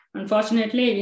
Unfortunately